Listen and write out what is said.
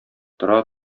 тора